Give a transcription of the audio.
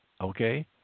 okay